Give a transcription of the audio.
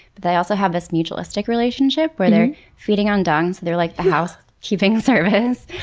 but they also have this mutualistic relationship where they're feeding on dung, so they're like the house keeping service.